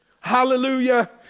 Hallelujah